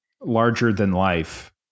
larger-than-life